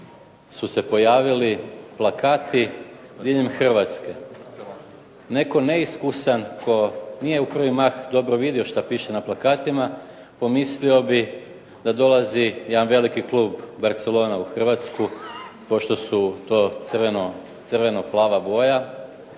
su se pojavili plakati diljem Hrvatske. Netko neiskusan tko nije u prvi mah dobro vidio šta piše na plakatima pomislio bi da dolazi jedan veliki klub Barcelona u Hrvatsku, pošto su to crveno plava boja,